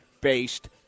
based